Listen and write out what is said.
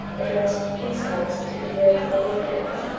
addressed peace notes to the european belligerents.